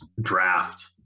draft